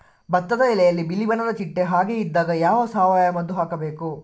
ಭತ್ತದ ಎಲೆಯಲ್ಲಿ ಬಿಳಿ ಬಣ್ಣದ ಚಿಟ್ಟೆ ಹಾಗೆ ಇದ್ದಾಗ ಯಾವ ಸಾವಯವ ಮದ್ದು ಹಾಕಬೇಕು?